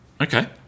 Okay